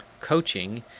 coaching